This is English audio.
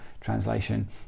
Translation